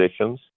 positions